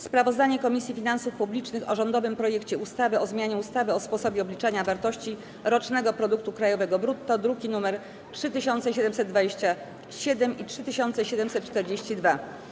Sprawozdanie Komisji Finansów Publicznych o rządowym projekcie ustawy o zmianie ustawy o sposobie obliczania wartości rocznego produktu krajowego brutto, druki nr 3727 i 3742.